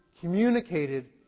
communicated